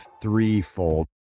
threefold